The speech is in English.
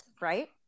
right